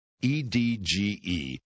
E-D-G-E